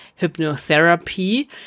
hypnotherapy